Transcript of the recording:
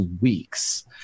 weeks